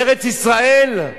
בארץ-ישראל?